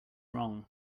wrong